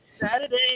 Saturday